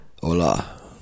hola